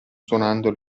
suonando